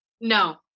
No